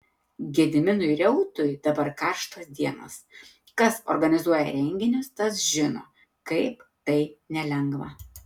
gediminui reutui dabar karštos dienos kas organizuoja renginius tas žino kaip tai nelengva